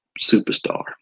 superstar